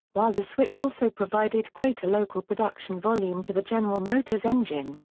while the switch also provided greater local production volume to the general motors engine.